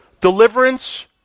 Deliverance